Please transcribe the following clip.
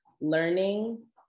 learning